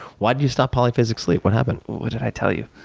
why did you stop polyphasic sleep? what happened? what did i tell you?